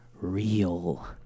real